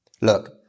Look